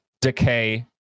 Decay